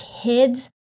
kids